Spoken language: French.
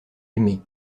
aimé